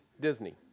Disney